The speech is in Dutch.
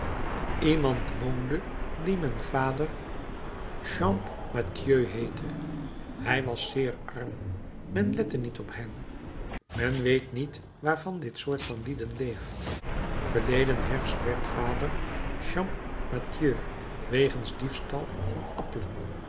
iemand woonde dien men vader champmathieu heette hij was zeer arm men lette niet op hem men weet niet waarvan dit soort van lieden leeft verleden herfst werd vader champmathieu wegens diefstal van appelen